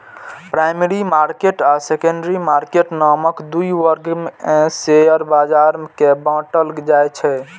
primary market आ secondary market नामक दू वर्ग मे शेयर बाजार कें बांटल जाइ छै